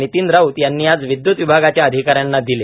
नितीन राऊत यांनी आज विदयूत विभागाच्या अधिकाऱ्यांना दिले